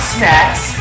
Snacks